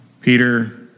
Peter